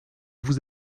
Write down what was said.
vous